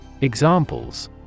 Examples